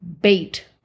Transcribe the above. bait